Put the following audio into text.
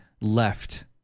left